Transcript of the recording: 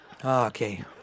Okay